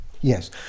Yes